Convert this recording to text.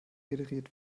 generiert